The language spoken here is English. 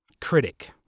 critic